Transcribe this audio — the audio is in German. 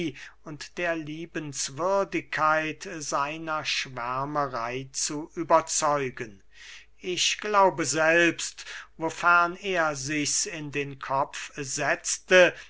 und der liebenswürdigkeit seiner schwärmerey zu überzeugen ich glaube selbst wofern er sichs in den kopf setzte